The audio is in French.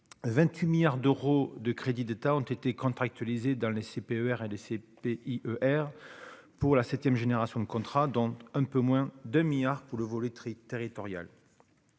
28 milliards d'euros de crédits d'État ont été contractualisé dans les CPER L C P I E R pour la 7ème génération de contrat dans un peu moins de milliards pour le volet territoriale,